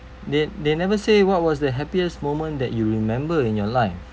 they they never say what was the happiest moment that you remember in your life